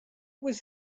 was